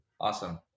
Awesome